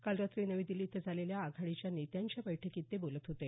काल रात्री नवी दिल्ली इथं झालेल्या आघाडीच्या नेत्यांच्या बैठकीत ते बोलत होते